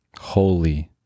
Holy